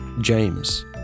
James